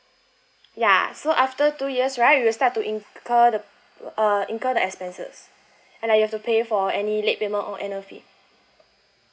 ya so after two years right you start to incur the uh incur the expenses and you have to pay for any late payment or annual fee